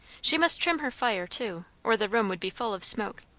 she must trim her fire too, or the room would be full of smoke.